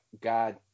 God